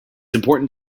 important